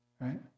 right